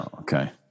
Okay